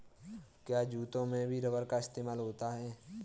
क्या जूतों में भी रबर का इस्तेमाल होता है?